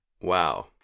wow